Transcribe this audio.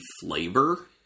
flavor